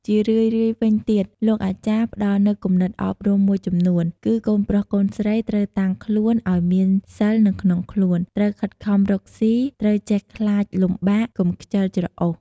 ជារឿយៗវិញទៀតលោកអាចារ្យផ្តល់នូវគំនិតអប់រំមួយចំនួន គឺកូនប្រុសកូនស្រីត្រូវតាំងខ្លួនឱ្យមានសីលនៅក្នុងខ្លួន ត្រូវខិតខំរកស៊ី ត្រូវចេះខ្លាចលំបាក កុំខ្ជិលច្រអូស។